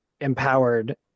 empowered